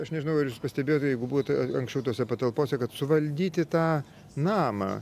aš nežinau ar jūs pastebėjot jeigu buvote anksčiau tose patalpose kad suvaldyti tą namą